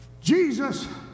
Jesus